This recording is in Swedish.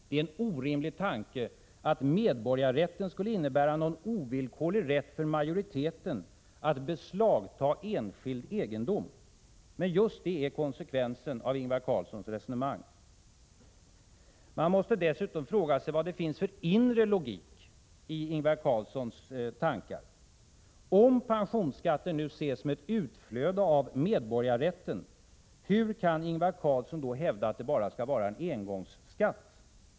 Det är en orimlig tanke att medborgarrätten skulle innebära någon ovillkorlig rätt för majoriteten att beslagta enskild egendom. Men just detta är konsekvensen av Ingvar Carlssons resonemang. Man måste dessutom fråga sig vad det finns för inre logik i Ingvar Carlssons tankar. Om pensionsskatten nu ses som ett utflöde av medborgarrätten — hur kan Ingvar Carlsson då hävda att den bara skall vara en engångsskatt?